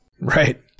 Right